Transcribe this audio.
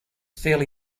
fairly